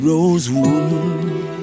Rosewood